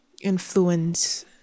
influence